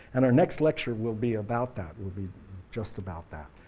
and our next lecture will be about that, will be just about that.